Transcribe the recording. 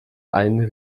einen